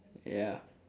ya